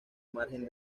margen